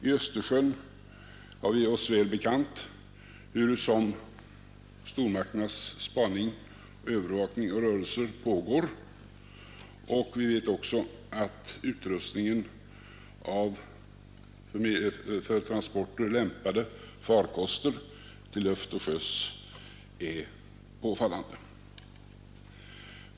I Östersjön har vi oss väl bekant hurusom stormakternas spaning och övervakning av rörelser pågår, och vi vet också att utrustningen av för transporter lämpade farkoster i luften och till sjöss är påfallande.